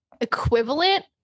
equivalent